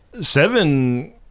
Seven